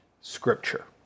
Scripture